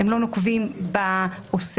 הם לא נוקבים בעושה